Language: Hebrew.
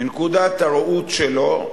מנקודת הראות שלו,